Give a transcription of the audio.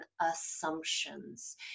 assumptions